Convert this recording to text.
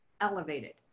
elevated